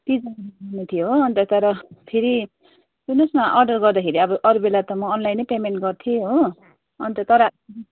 ती थियो हो अन्त तर फेरि सुन्नुहोस् न अर्डर गर्दाखेरि अब अरू बेला त म अनलाइनै पेमेन्ट गर्थेँ हो अन्त तर